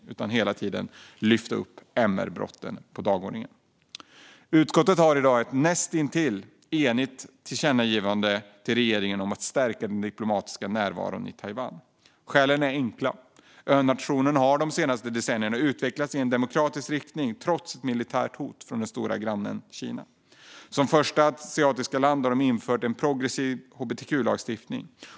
Vi måste hela tiden lyfta upp MR-brotten på dagordningen. Utskottet har i dag ett näst intill enigt tillkännagivande om att stärka den diplomatiska närvaron i Taiwan. Skälen är enkla. Önationen har de senaste decennierna utvecklats i demokratisk riktning trots ett militärt hot från den stora grannen Kina. Som första asiatiska land har man infört en progressiv hbtq-lagstiftning.